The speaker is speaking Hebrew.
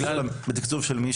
בגלל --- בתקצוב של מי?